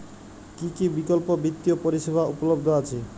কী কী বিকল্প বিত্তীয় পরিষেবা উপলব্ধ আছে?